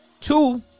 Two